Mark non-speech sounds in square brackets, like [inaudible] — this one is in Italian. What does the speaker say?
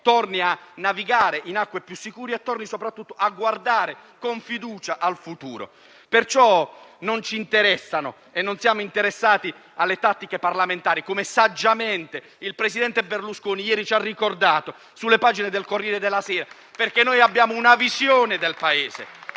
torni a navigare in acque più sicure e, soprattutto, a guardare con fiducia al futuro. Non ci interessano e non siamo interessati, pertanto, alle tattiche parlamentari, come saggiamente il presidente Berlusconi ieri ci ha ricordato sulle pagine del «Corriere della sera». [applause] Noi abbiamo una visione del Paese;